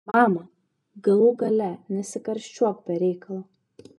mama galų gale nesikarščiuok be reikalo